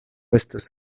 estas